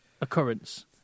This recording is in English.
occurrence